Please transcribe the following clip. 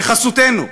בחסותנו,